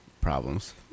problems